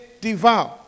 devour